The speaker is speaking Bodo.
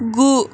गु